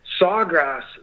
Sawgrass